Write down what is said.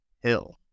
Hill